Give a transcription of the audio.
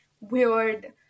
weird